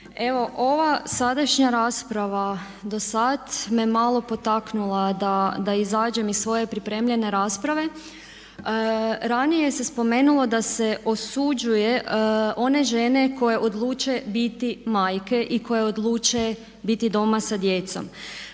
ova sadašnja rasprava do sada me malo potaknula da izađem iz svoje pripremljene rasprave. Ranije se spomenulo da se osuđuje one žene koje odluče biti majke i koje odluče biti doma sa djecom.